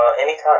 anytime